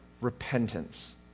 repentance